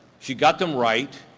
she got them right